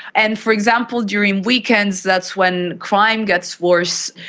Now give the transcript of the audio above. and, for example, during weekends that's when crime gets worse,